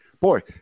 Boy